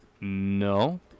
No